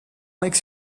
makes